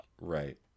right